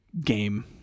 game